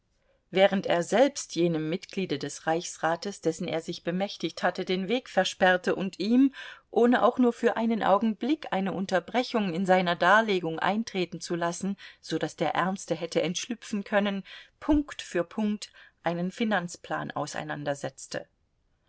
während er selbst jenem mitglied des reichsrates dessen er sich bemächtigt hatte den weg versperrte und ihm ohne auch nur für einen augenblick eine unterbrechung in seiner darlegung eintreten zu lassen so daß der ärmste hätte entschlüpfen können punkt für punkt einen finanzplan auseinandersetzte